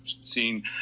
seen